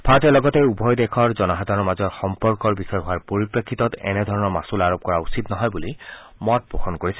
ভাৰতে লগতে উভয় দেশৰ জনসাধাৰণৰ মাজৰ সম্পৰ্কৰ বিষয় হোৱাৰ পৰিপ্ৰেক্ষিতত এনেধৰণৰ মাচল আৰোপ কৰা উচিত নহয় বুলি মতপোষণ কৰিছে